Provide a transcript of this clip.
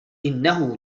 إنه